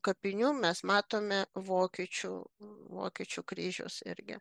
kapinių mes matome vokiečių vokiečių kryžius irgi